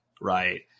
right